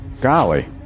Golly